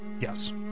yes